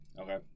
Okay